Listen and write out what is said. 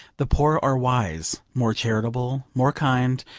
the poor are wise, more charitable, more kind,